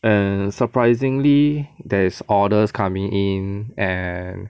and surprisingly there is orders coming in and